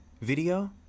video